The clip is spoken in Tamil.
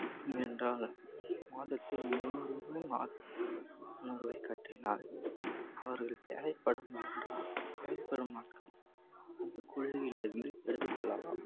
எப்படி என்றால் மாதத்தில் முந்நூறு ரூபாய் மா முந்நூறுரூவாய் கட்டினால் அவர்களுக்கு தேவைப்படும் ஆண்டு தேவைப்படும் நாட்கள் அந்தக் குழுவிலிருந்து எடுத்துக் கொள்ளலாம்